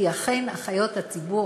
כי אכן אחיות בריאות הציבור,